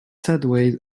sideways